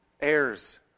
heirs